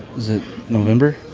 is it november?